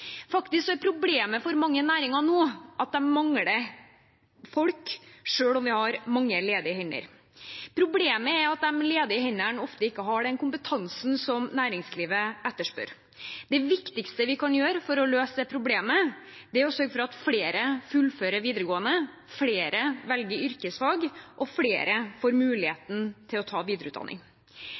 Faktisk er problemet for mange næringer nå at de mangler folk, selv om vi har mange ledige hender. Problemet er at de ledige hendene ofte ikke har den kompetansen som næringslivet etterspør. Det viktigste vi kan gjøre for å løse det problemet, er å sørge for at flere fullfører videregående, at flere velger yrkesfag, og at flere får muligheten til å ta videreutdanning.